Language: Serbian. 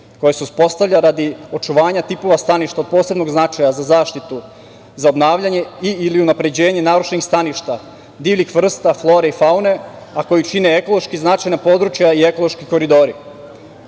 koja se uspostavlja radi očuvanja tipova staništa od posebnog značaja za zaštitu, za obnavljanje i/ili unapređenje narušenih staništa divljih vrsta, flore i faune, a koji čine ekološki značajna područja i ekološki koridori. Pohvalno